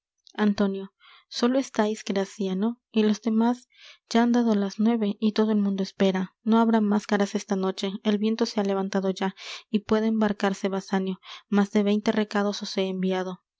antonio solo estais graciano y los demas ya han dado las nueve y todo el mundo espera no habrá máscaras esta noche el viento se ha levantado ya y puede embarcarse basanio más de veinte recados os he enviado